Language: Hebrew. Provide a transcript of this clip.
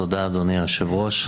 תודה, אדוני היושב-ראש.